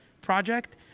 project